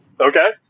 Okay